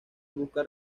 busca